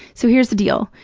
so here's the deal.